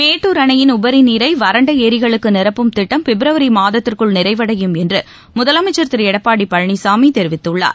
மேட்டுர் அணையின் உபரிநீரை வறண்ட ஏரிகளுக்கு நிரப்பும் திட்டம் பிப்ரவரி மாதத்திற்குள் நிறைவடையும் என்று முதலமைச்சர் திரு எடப்பாடி பழனிச்சாமி தெரிவித்துள்ளார்